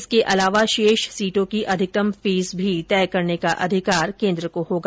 इसके अलावा शेष सीटों की अधिकतम फीस भी तय करने का अधिकार केन्द्र को होगा